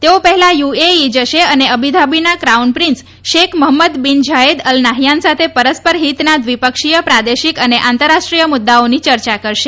તેઓ પહેલા યુએઈ જશે અને અબુધાબીના crown prince Sheikh Mohammed bin Zayed Al નાહથાન સાથે પરસ્પર હિતના દ્વિપક્ષીય પ્રાદેશિક અને આંતરરાષ્ટ્રીય મુદ્દાઓની ચર્ચા કરશે